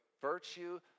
virtue